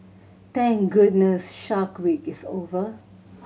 thank goodness Shark Week is over